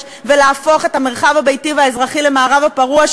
ולהפוך את המרחב הביתי והאזרחי למערב הפרוע,